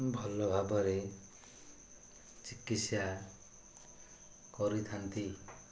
ଭଲ ଭାବରେ ଚିକିତ୍ସା କରିଥାନ୍ତି